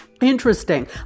Interesting